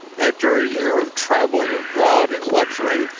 after a year of traveling abroad and lecturing,